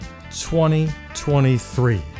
2023